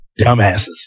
dumbasses